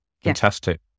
fantastic